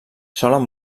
solen